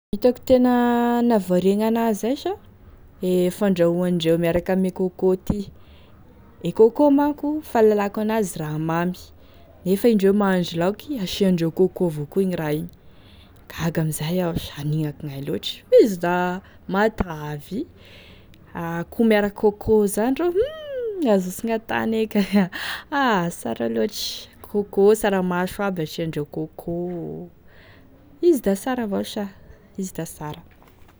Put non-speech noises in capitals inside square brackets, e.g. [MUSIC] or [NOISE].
Hitako tena nahavariagny ana zay sa e fandrahoandreo miaraka ame kôkô ty, e kôkô manko fahalalako an'azy raha mamy nefa indreo laha mahandro laoky asiandreo kôkô avao koa igny raha igny da gaga amizay iaho sa, akonamignaia loatry izy da matavy, akoho miaraky kôkô zany ro hum, azososogny an-tany eky a [LAUGHS] ha sara loatry, kôkô saramaso aby asiandreo kôkô izy da sara avao sa izy da sara.